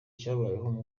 cyabayeho